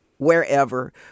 wherever